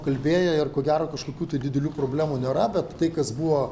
kalbėję ir ko gero kažkokių tai didelių problemų nėra bet tai kas buvo